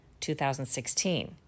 2016